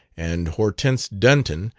and hortense dunton,